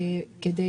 כדי